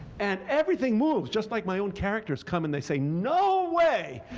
and everything moves just like my own characters come and they say, no way!